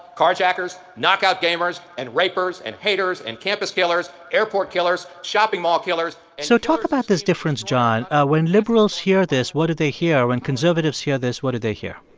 carjackers, knockout gamers and rapers and haters and campus killers, airport killers, shopping mall killers. so talk about this difference, john. when liberals hear this, what do they hear? when conservatives hear this, what do they hear?